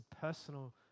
personal